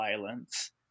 violence